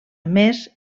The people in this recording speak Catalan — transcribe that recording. més